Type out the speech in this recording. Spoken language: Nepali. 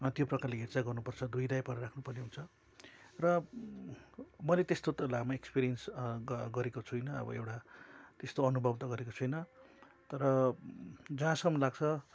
त्यो प्रकारले हेरचाह गर्नुपर्छ धोइघाइ पारेर राख्नुपर्ने हुन्छ र मैले त्यस्तो त लामो एक्सपिरियन्स ग गरेको छुइनँ अब एउटा त्यस्तो अनुभव त गरेको छुइनँ तर जहाँसम्म लाग्छ